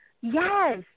Yes